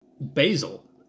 Basil